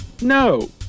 no